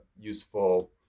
useful